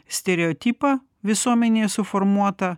stereotipą visuomenėje suformuotą